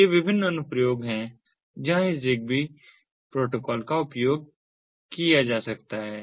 ये विभिन्न अनुप्रयोग हैं जहां इस ZigBee प्रोटोकॉल का उपयोग किया जा सकता है